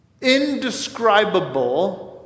Indescribable